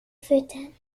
füttern